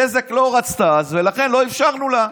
בזק לא רצתה אז, ולכן לא אפשרנו לה.